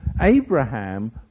Abraham